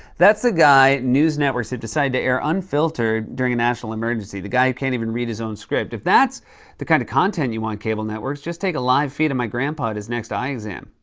that's the guy news networks have decided to air unfiltered during a national emergency, the guy who he can't even read his own script. if that's the kind of content you want, cable networks, just take a live feed of my grandpa at his next eye exam.